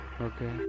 Okay